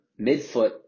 midfoot